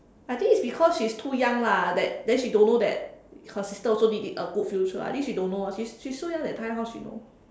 I think it's because she's too young lah that then she don't know that her sister also need it a good future I think she don't know ah she she's so young that time how she know